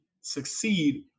succeed